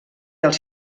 als